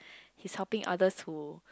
he's helping other to